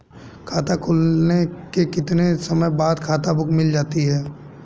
खाता खुलने के कितने समय बाद खाता बुक मिल जाती है?